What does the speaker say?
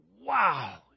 wow